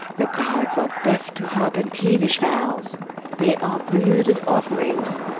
the gods are deaf to hot and peevish vows they are polluted off'rings,